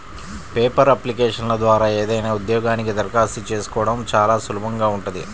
paper అప్లికేషన్ల ద్వారా ఏదైనా ఉద్యోగానికి దరఖాస్తు చేసుకోడం చానా సులభంగా ఉంటది